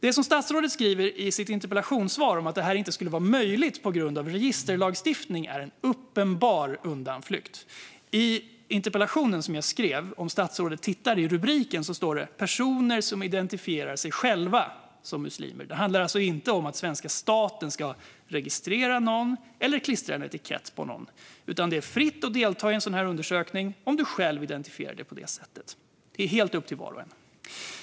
Det statsrådet säger i sitt interpellationssvar om att detta inte skulle vara möjligt på grund av registerlagstiftning är en uppenbar undanflykt. Om statsrådet tittar på rubriken till min interpellation ser hon att det står "personer som identifierar sig själva som muslimer". Det handlar alltså inte om att svenska staten skulle registrera någon eller klistra en etikett på någon, utan det är fritt att delta i en sådan här undersökning om du själv identifierar dig på det sättet. Det är helt upp till var och en.